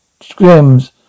scrims